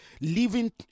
living